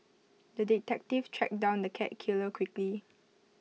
the detective tracked down the cat killer quickly